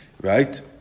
Right